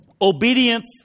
Obedience